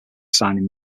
signing